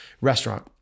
restaurant